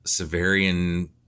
Severian